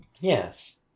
Yes